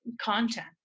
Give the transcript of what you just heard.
content